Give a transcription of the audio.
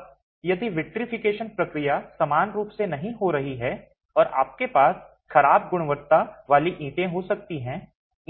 अब यदि विट्रिफिकेशन प्रक्रिया समान रूप से नहीं हो रही है तो आपके पास खराब गुणवत्ता वाली ईंटें हो सकती हैं